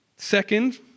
Second